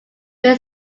where